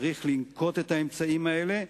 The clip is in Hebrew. צריך לנקוט את האמצעים האלה,